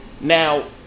now